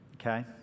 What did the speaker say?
okay